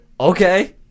okay